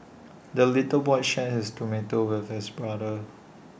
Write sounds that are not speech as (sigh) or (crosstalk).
(noise) the little boy shared his tomato with his brother